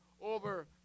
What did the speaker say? over